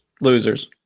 losers